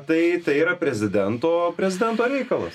tai tai yra prezidento prezidento reikalas